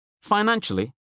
Financially